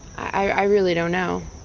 i really don't know.